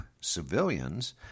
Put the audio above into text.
civilians